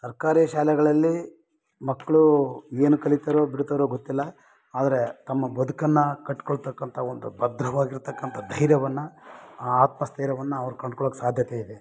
ಸರ್ಕಾರಿ ಶಾಲೆಗಳಲ್ಲಿ ಮಕ್ಕಳು ಏನು ಕಲಿತಾರೋ ಬಿಡ್ತಾರೋ ಗೊತ್ತಿಲ್ಲ ಆದರೆ ತಮ್ಮ ಬದುಕನ್ನು ಕಟ್ಕೊಳ್ತಕ್ಕಂಥ ಒಂದು ಭದ್ರವಾಗಿರ್ತಕ್ಕಂಥ ಧೈರ್ಯವನ್ನು ಆ ಆತ್ಮಸ್ಥೈರ್ಯವನ್ನು ಅವ್ರು ಕಂಡ್ಕೊಳಕ್ಕೆ ಸಾಧ್ಯತೆ ಇದೆ